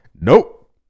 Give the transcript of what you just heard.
Nope